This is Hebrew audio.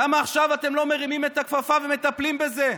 למה עכשיו אתם לא מרימים את הכפפה ומטפלים בזה?